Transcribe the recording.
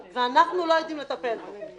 ואנחנו לא יודעים לטפל בו.